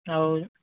ଆଉ